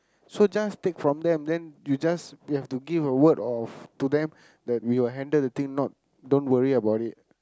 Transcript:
so just take from them then you just we have to give a word of to them we will handle the thing not don't worry about it